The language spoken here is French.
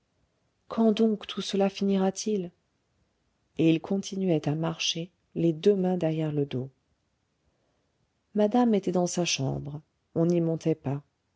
quand donc tout cela finira-t-il et il continuait à marcher les deux mains derrière le dos madame était dans sa chambre on n'y montait pas